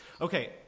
Okay